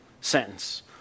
sentence